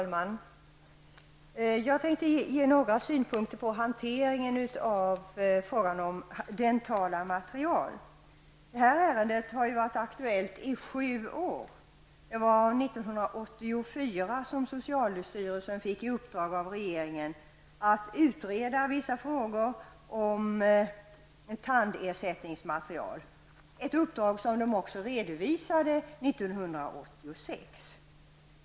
Herr talman! Jag tänkte ge några synpunkter på hanteringen av frågan om dentala material. Det här ärendet har varit aktuellt i sju år. Det var 1984 som socialstyrelsen fick i uppdrag av regeringen att utreda vissa frågor om tandersättningsmaterial, ett uppdrag som också redovisades 1986.